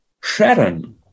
Sharon